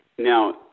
Now